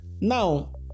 now